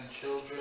children